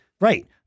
right